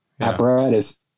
apparatus